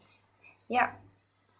yup